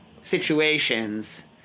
situations